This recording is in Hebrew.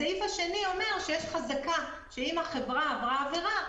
הסעיף השני אומר: אם החברה עשתה הפרה,